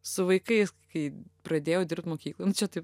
su vaikais kai pradėjau dirbt mokykloj nu čia taip